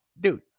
Dude